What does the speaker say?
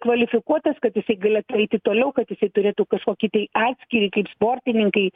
kvalifikuotas kad jisai galėtų eiti toliau kad jisai turėtų kažkokį tai atskyrį kaip sportininkai